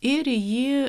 ir į jį